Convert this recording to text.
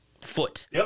foot